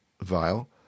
vial